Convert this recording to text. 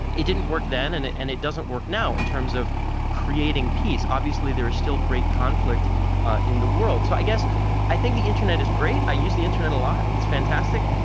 it didn't work then and it and it doesn't work now, in terms of creating peace. obviously there is still great conflict in the world. so i guess i think the internet is great. i use the internet a lot, it's fantastic.